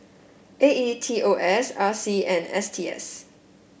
A E T O S R C and S T S